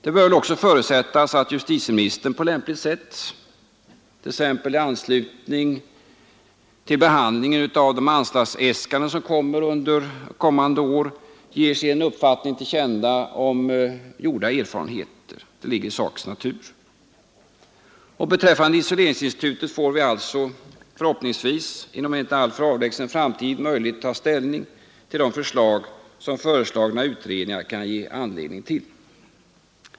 Det bör väl också förutsättas att justitieministern på lämpligt sätt — t.ex. i anslutning till behandlingen av anslagsäskandena under kommande år — ger sin uppfattning till känna om gjorda erfarenheter. Och beträffande isoleringsinstitutet får riksdagen förhoppningsvis inom en inte alltför avlägsen framtid möjlighet att ta ställning till de förslag som föreslagna utredningar kan ge anledning till.